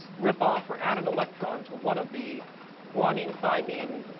rip off or add an electron to one of the guanine, thymine,